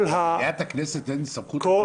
למליאת הכנסת אין סמכות לדון